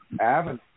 Avenue